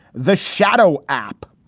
the shadow app.